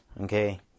okay